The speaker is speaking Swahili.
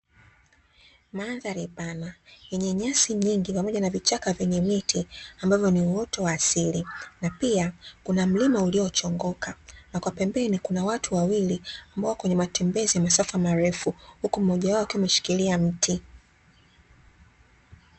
Mandhari pana yenye nyasi nyingi pamoja na vichaka vyenye miti ambavyo ni uoto wa asili, na pia kuna mlima uliochongoka. Na kwa pembeni kuna watu wawili ambao wapo kwenye matembezi ya masafa marefu, huku mmoja wao akiwa ameshikilia mti.